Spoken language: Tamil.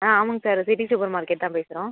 ஆ ஆமாங்க சார் சிட்டி சூப்பர் மார்க்கெட் தான் பேசுகிறோம்